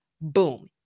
Boom